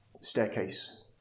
staircase